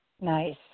Nice